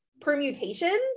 permutations